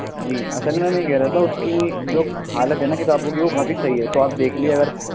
جی اصل میں میں یہ کہہ رہا تھا اس کی جو حالت ہے نا کتابوں کی وہ کافی صحیح ہے تو آپ دیکھ لیجیے اگر